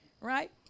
right